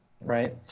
right